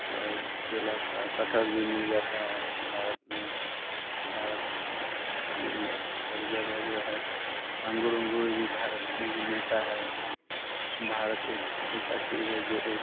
और केला का कटहल भी मिल जाता है भारत में भारत में हर जगह जो है अंगूर वंगूर भी भारत में ही मिलते हैं भारत एक ऐसी चीज़ है जो